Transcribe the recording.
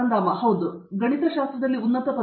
ಪ್ರತಾಪ್ ಹರಿಡೋಸ್ ಗಣಿತಶಾಸ್ತ್ರದಲ್ಲಿ ಉನ್ನತ ಪದವಿ